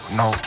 no